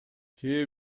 кээ